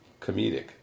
comedic